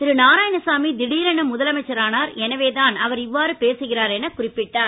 திரு நாராயணசாமி திடீரென முதலமைச்சரானார் எனவே தான் அவர் இவ்வாறு பேசுகிறார் என குறிப்பிட்டார்